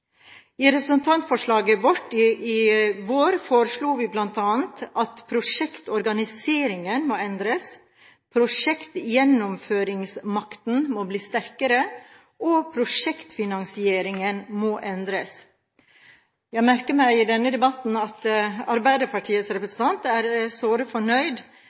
I representantforslaget vårt i vår foreslo vi bl.a.: Prosjektorganiseringen må endres. Prosjektgjennomføringsmakten må bli sterkere. Prosjektfinansieringen må endres. Jeg merker meg i denne debatten at Arbeiderpartiets representant er såre fornøyd